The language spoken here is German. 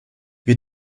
wir